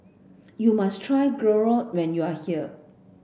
you must try Gyro when you are here